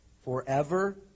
Forever